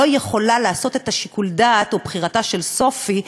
לא יכולה לעשות את שיקול הדעת או "בחירתה של סופי"